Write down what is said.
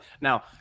now